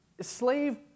slave